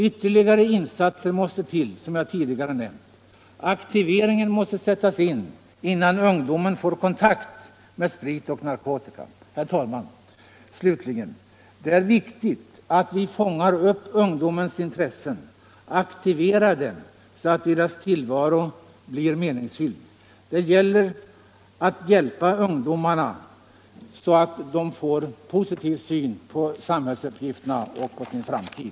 Ytterligare insatser måste till, som jag tidigare nämnt. De måste sättas in innan ungdomen får kontakt med sprit och narkotika. Herr talman! Slutligen: Det är viktigt att vi fångar upp ungdomarnas intressen och aktiverar dem så att deras tillvaro blir meningsfylld. Det gäller att hjälpa ungdomarna så att de får en positiv syn på samhällsuppgifterna och på sin framtid.